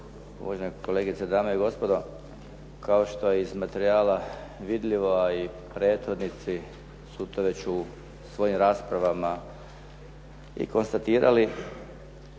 uvažene kolegice, dame i gospodo. Kao što je iz materijala vidljivo, a i prethodnici su to već u svojim raspravama i i konstatirali